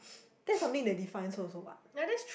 that's something that defines also what